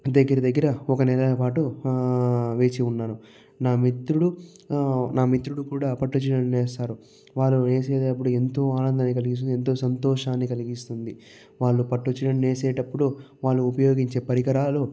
దగ్గర దగ్గర ఒక నెలపాటు ఆ వేచి ఉన్నాను నా మిత్రుడు ఆ నా మిత్రుడు కూడా పట్టుచీరను నేస్తారు వారు నేసేటప్పుడు ఎంతో ఆనందాన్నికలిగిస్తుంది ఎంతో సంతోషాన్ని కలిగిస్తుంది వాళ్ళు పట్టుచీరలు నేసేటప్పుడు వాళ్ళు ఉపయోగించే పరికరాలు